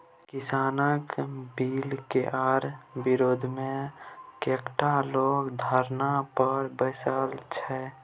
किसानक बिलकेर विरोधमे कैकटा लोग धरना पर बैसल छै